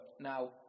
now